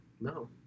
No